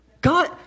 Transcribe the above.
God